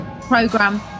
program